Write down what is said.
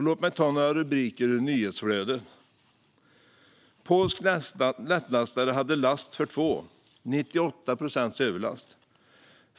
Låt mig ta några rubriker ur nyhetsflödet: "Polsk lättlastare hade last för två", vilket innebär 98 procents överlast.